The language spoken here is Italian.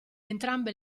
entrambe